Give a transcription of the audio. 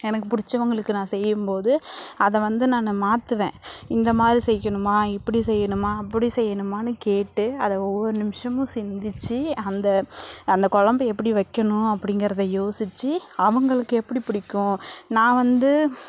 எனக்கு பிடிச்சவங்களுக்கு நான் செய்யும்போது அதை வந்து நானு மாற்றுவேன் இந்தமாதிரி செய்யணுமா இப்படி செய்யணுமா அப்படி செய்யணுமான்னு கேட்டு அதை ஒவ்வொரு நிமிஷமும் சிந்திச்சு அந்த அந்த குழம்பு எப்படி வைக்கணும் அப்படிங்கிறத யோசிச்சு அவங்களுக்கு எப்படி பிடிக்கும் நான் வந்து